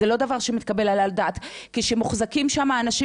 זה לא דבר שמתקבל על הדעת כשמוחזקים שם אנשים